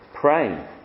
praying